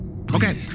Okay